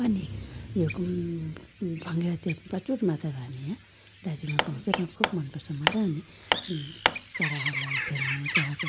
अनि यो भँगेरा चाहिँ प्रचुर मात्रामा हामी या दार्जिलिङमा पाउँछौँ र खुब मनपर्छ मलाई अनि चराहरूलाई हेर्नु चराको